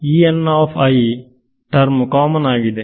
term common ಆಗಿದೆ